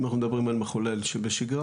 אם אנחנו מדברים על מחולל שבשגרה,